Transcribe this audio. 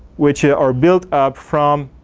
which are built up from